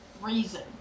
reason